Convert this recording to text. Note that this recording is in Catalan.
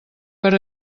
per